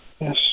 Yes